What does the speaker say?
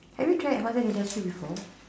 have you tried hotel industry before